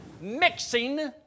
mixing